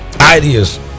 Ideas